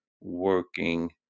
working